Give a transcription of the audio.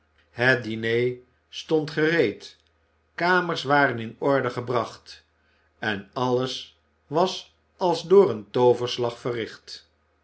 het diner stond gereed kamers waren in orde gebracht en alles was als door een tooverslag verricht